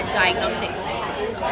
diagnostics